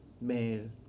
mail